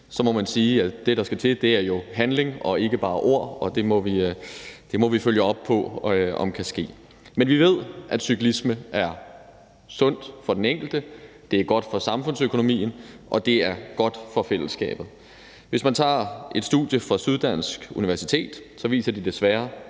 Så må man sige, at det, der skal til, jo er handling og ikke bare ord, og det må vi følge op på om kan ske. Men vi ved, at cyklisme er sundt for den enkelte, det er godt for samfundsøkonomien, og det er godt for fællesskabet. Hvis man tager et studie fra Syddansk Universitet, viser det desværre,